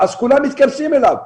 כולם מתכנסים אליו.